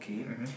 mmhmm